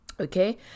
Okay